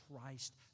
Christ